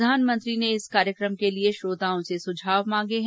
प्रधानमंत्री ने इस कार्यक्रम के लिए श्रोताओं के सुझाव मांगे हैं